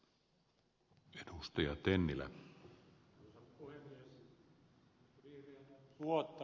arvoisa puhemies